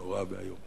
נורא ואיום.